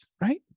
Right